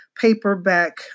paperback